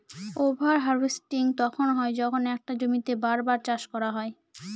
over harvesting তখন হয় যখন একটা জমিতেই বার বার চাষ করা হয়